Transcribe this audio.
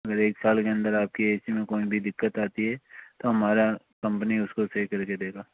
अगर एक साल के अंदर आपकी ए सी में कोई भी दिक्कत आती है तो हमारा कम्पनी उसको सही करके देगा